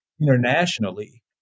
internationally